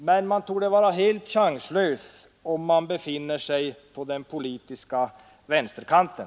Men man torde vara helt chanslös om man befinner sig på den politiska vänsterkanten.